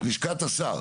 לשכת השר,